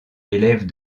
élève